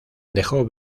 dejó